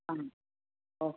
ആ ഓക്കേ